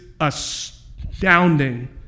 astounding